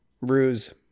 ruse